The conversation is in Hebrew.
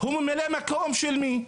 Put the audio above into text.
הוא ממלא מקום של מי?